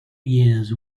years